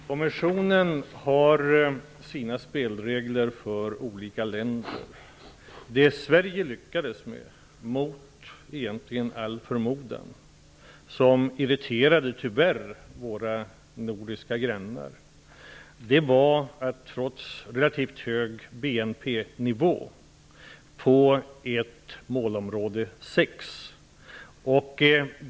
Herr talman! Kommissionen har sina spelregler för olika länder. Det Sverige lyckades med, egentligen mot all förmodan, var att trots en relativt hög BNP nivå få ett målområde 6; det irriterade tyvärr våra nordiska grannar.